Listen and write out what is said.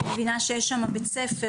אני מבינה שיש שם בית ספר,